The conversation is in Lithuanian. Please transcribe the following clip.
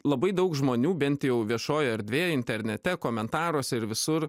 labai daug žmonių bent jau viešojoj erdvėj internete komentaruose ir visur